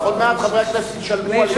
עוד מעט חברי הכנסת ישלמו על,